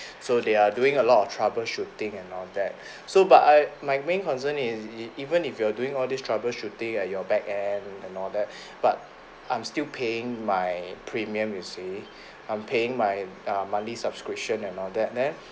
so they are doing a lot of troubleshooting and all that so but I my main concern is e~ even if you are doing all this troubleshooting at your back end and all that but I'm still paying my premium you see I'm paying my uh monthly subscription and all that then